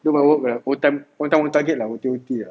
do my work own time own time own target lah O_T_O_T lah